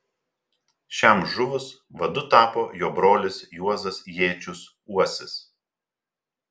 šiam žuvus vadu tapo jo brolis juozas jėčius uosis